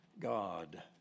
God